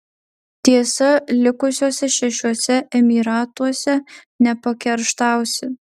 tiesa likusiuose šešiuose emyratuose nepakerštausi